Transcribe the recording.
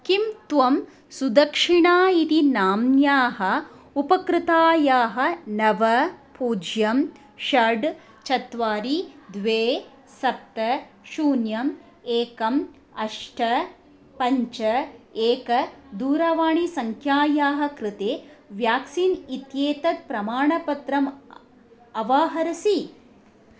किं त्वं सुदक्षिणा इति नाम्न्याः उपकृतायाः नव पूज्यं षड् चत्वारि द्वे सप्त शून्यम् एकम् अष्ट पञ्च एक दूरवाणीसङ्ख्यायाः कृते व्याक्सीन् इत्येत् प्रमाणपत्रम् अवाहरसि